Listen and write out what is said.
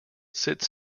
sits